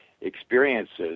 experiences